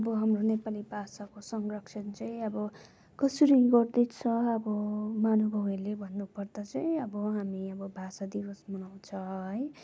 अब हाम्रो नेपाली भाषाको संरक्षण चाहिँ अब कसरी गर्दैछ अब महानुभवहरूले भन्नु पर्दा चाहिँ अब हामी अब भाषा दिवस मनाउछौँ है